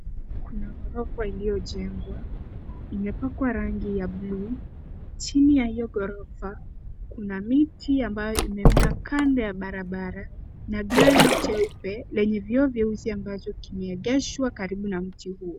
Kuna ghorofa iliyojengwa. Imepangwa rangi ya bluu. Chini ya hio ghorofa, kuna miti ambayo imemea kando ya barabara na gari jeupe lenye vioo vyeusi ambazo kimeegeshwa karibu na mti huo.